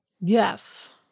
Yes